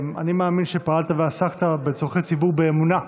אני מאמין שפעלת ועסקת בצורכי ציבור באמונה,